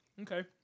Okay